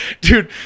Dude